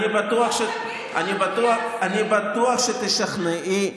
בואו נגיד לו: אדוני הנשיא, אני בטוח שתשכנעי.